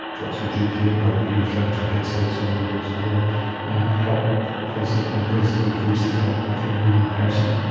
or talk to your gp about being referred to headspace or one of those other places and places that you can seek help if you are a young person.